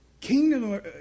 Kingdom